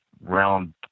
round